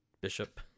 Bishop